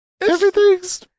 everything's